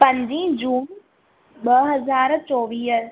पंजी जून ॿ हज़ार चोवीह